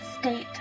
state